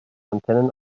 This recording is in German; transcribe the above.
antennen